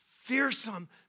fearsome